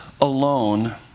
alone